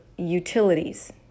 utilities